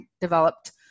developed